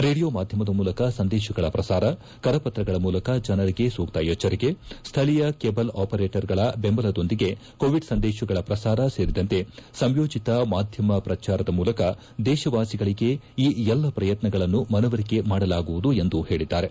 radio ಮಾಧ್ಯಮದ ಮೂಲಕ ಸಂದೇಶಗಳ ಪ್ರಸಾರ ಕರಪತ್ರಗಳ ಮೂಲಕ ಜನರಿಗೆ ಸೂಕ್ತ ಎಚ್ಚರಿಕೆ ಸ್ಥಳೀಯ ಕೇಬಲ್ ಆಪರೇಟರ್ಗಳ ಬೆಂಬಲದೊಂದಿಗೆ ಕೋವಿಡ್ ಸಂದೇಶಗಳ ಪ್ರಸಾರ ಸೇರಿದಂತೆ ಸಂಯೋಜಿತ ಮಾಧ್ಯಮ ಪ್ರಚಾರದ ಮೂಲಕ ದೇಶವಾಸಿಗಳಿಗೆ ಈ ಎಲ್ಲ ಪ್ರಯತ್ನಗಳನ್ನು ಮನವರಿಕೆ ಮಾಡಲಾಗುವುದು ಎಂದು ಹೇಳಿದ್ದಾರೆ